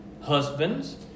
husbands